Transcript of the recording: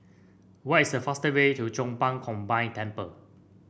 what is the faster way to Chong Pang Combined Temple